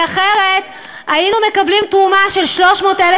הרי אחרת היינו מקבלים תרומה של 300,000